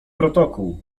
protokół